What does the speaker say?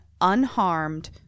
unharmed